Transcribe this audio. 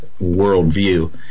worldview